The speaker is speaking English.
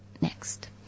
next